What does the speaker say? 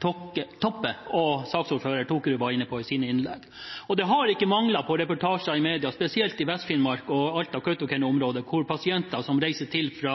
representanten Toppe og saksordfører Tokerud var inne på i sine innlegg. Det har ikke manglet på reportasjer i media, spesielt i Vest-Finnmark og Alta–Kautokeino-området, hvor pasienter som reiser til/fra